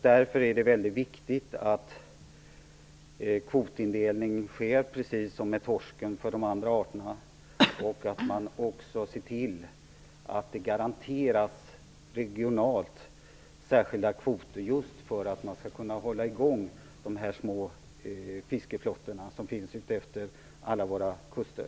Därför är det viktigt att kvotindelning för de andra arterna sker, precis som för torsken, och att man också ser till att det regionalt garanteras särskilda kvoter, just för att man skall kunna hålla i gång de små fiskeflottor som finns utefter alla våra kuster.